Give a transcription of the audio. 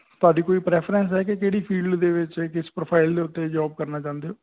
ਤੁਹਾਡੀ ਕੋਈ ਪ੍ਰੈਫਰੈਂਸ ਹੈ ਕਿ ਕਿਹੜੀ ਫੀਲਡ ਦੇ ਵਿੱਚ ਕਿਸ ਪ੍ਰੋਫਾਈਲ ਦੇ ਉੱਤੇ ਜੋਬ ਕਰਨਾ ਚਾਹੁੰਦੇ ਹੋ